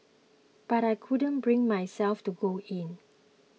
but I couldn't bring myself to go in